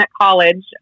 college